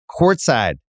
courtside